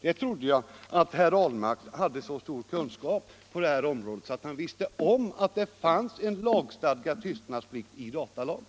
Jag trodde att herr Ahlmark i detta sammanhang ägde så stor kunskap att han visste att det finns en lagstadgad tystnadsplikt i datalagen.